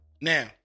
Now